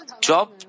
Job